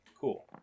Cool